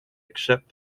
accept